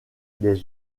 des